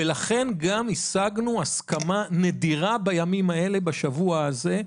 ולכן גם השגנו הסכמה נדירה בימים האלה, בשבוע הזה,